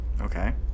Okay